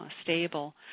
stable